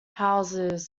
houses